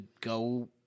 go